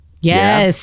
Yes